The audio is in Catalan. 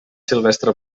silvestre